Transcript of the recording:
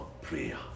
prayer